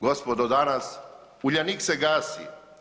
Gospodo danas, Uljanik se gasi.